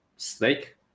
snake